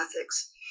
ethics